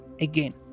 again